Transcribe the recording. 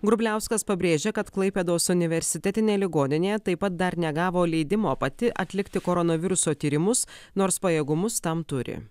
grubliauskas pabrėžė kad klaipėdos universitetinė ligoninė taip pat dar negavo leidimo pati atlikti koronaviruso tyrimus nors pajėgumus tam turi